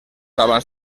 abans